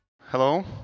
Hello